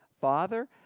father